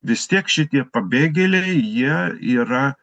vis tiek šitie pabėgėliai jie yra